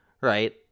right